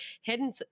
hidden